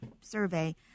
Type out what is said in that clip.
survey